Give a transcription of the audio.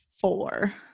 four